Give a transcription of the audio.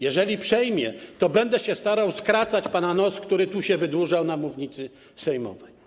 Jeżeli przejmie, to będę się starał skracać pana nos, który się wydłużał na mównicy sejmowej.